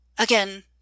Again